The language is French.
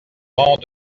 rangs